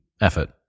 effort